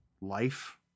life